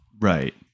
Right